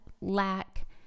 lack